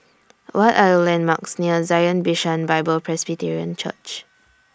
What Are The landmarks near Zion Bishan Bible Presbyterian Church